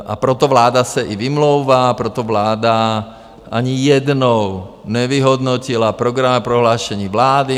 A proto vláda se i vymlouvá, proto vláda ani jednou nevyhodnotila programové prohlášení vlády.